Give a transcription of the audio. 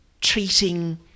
treating